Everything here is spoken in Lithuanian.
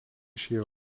šie